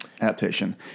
adaptation